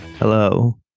Hello